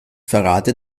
verrate